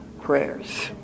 prayers